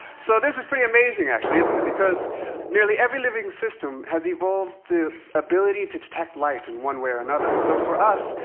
so this is pretty amazing, isn't it? because nearly every living system has evolved the ability to detect light in one way or another. so for us,